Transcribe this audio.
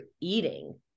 eating